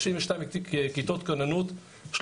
32 כיתות כוננות,